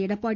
Edappadi